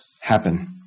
happen